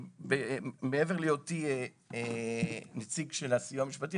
מעבר להיותי נציג של הסיוע המשפטי,